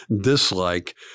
dislike